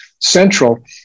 central